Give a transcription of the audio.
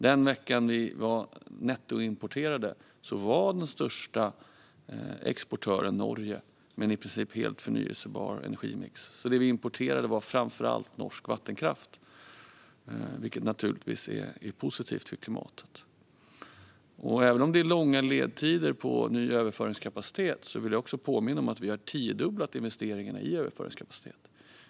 Den vecka vi nettoimporterade var den största exportören Norge med en i princip helt förnybar energimix. Det vi importerade var framför allt norsk vattenkraft, vilket naturligtvis är positivt för klimatet. Även om det är långa ledtider på ny överföringskapacitet vill jag också påminna om att vi har tiodubblat investeringarna i överföringskapacitet.